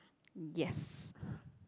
yes